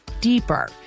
deeper